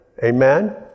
Amen